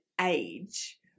age